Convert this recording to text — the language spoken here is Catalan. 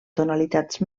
tonalitats